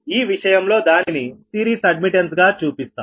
ఈ విషయంలో దానిని సిరీస్ అడ్మిట్టన్స్ గా చూపిస్తాం